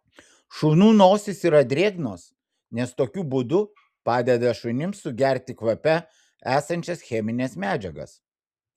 šunų nosys yra drėgnos nes tokiu būdu padeda šunims sugerti kvape esančias chemines medžiagas